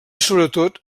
sobretot